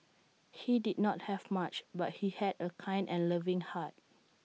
he did not have much but he had A kind and loving heart